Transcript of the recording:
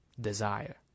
desire